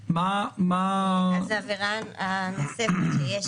אז העבירה הנוספת שיש,